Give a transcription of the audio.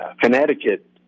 Connecticut